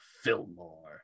Fillmore